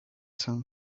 sun